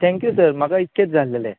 thank you sir म्हाका इतकेत जाय आहलेले